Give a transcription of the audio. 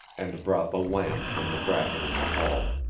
and brought the lamp from the bracket in the hall.